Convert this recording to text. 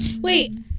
Wait